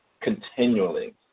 continually